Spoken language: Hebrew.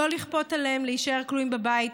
לא לכפות עליהם להישאר כלואים בבית.